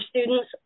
students